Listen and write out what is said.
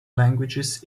languages